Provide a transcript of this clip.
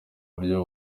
buryo